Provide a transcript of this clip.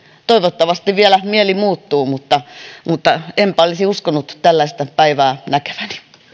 toivottavasti vielä mieli muuttuu mutta mutta enpä olisi uskonut tällaista päivää näkeväni